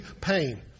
pain